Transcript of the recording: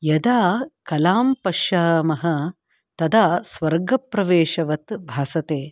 यदा कलां पश्यामः तदा स्वर्गप्रवेशवत् भासते